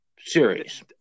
serious